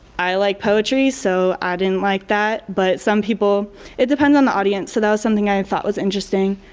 i like poetry, so i didn't like that but some people it depends on the audience so that was something i and thought was interesting.